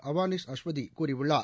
அவானிஷ் அஸ்வதி கூறியுள்ளார்